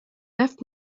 left